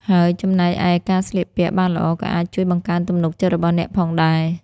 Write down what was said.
ហើយចំណែកឯការស្លៀកពាក់បានល្អក៏អាចជួយបង្កើនទំនុកចិត្តរបស់អ្នកផងដែរ។